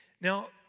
Now